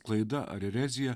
klaida ar erezija